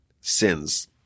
sins